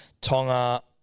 Tonga